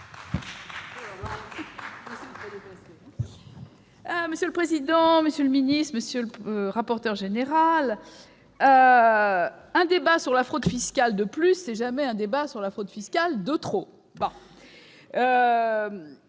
Monsieur le président, monsieur le ministre, monsieur le rapporteur général, mes chers collègues, un débat sur la fraude fiscale de plus n'est jamais un débat sur la fraude fiscale de trop